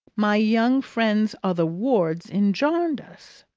my young friends are the wards in jarndyce.